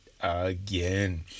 again